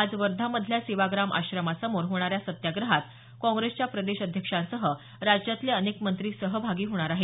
आज वर्धा मधल्या सेवाग्राम आश्रमसमोर होणाऱ्या सत्याग्रहात काँग्रेसच्या प्रदेश अध्यक्षांसह राज्यातले अनेक मंत्री सहभागी होणार आहेत